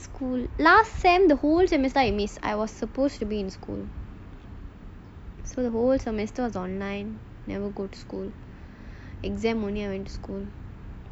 I miss I miss school lest semester the whole semester I miss I was suppose to be in school so the whole semester was online never go to school exam only I went to school